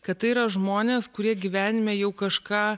kad tai yra žmonės kurie gyvenime jau kažką